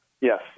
Yes